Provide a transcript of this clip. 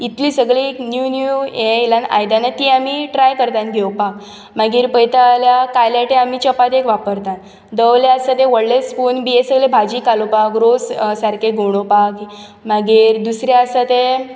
इतले सगळे एक न्यू न्यू आयदनां येयलांत ती आमी ट्राय करतां घेवपाक मागीर पयता जाल्यार कायलाते आमी चपातेक वापरतात दवले आसा ते व्हडले स्पून बी आसा तें भाजी कालोवपाक रोस सारके घुंवणोवपाक मागीर दुसरे आसा ते